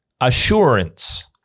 assurance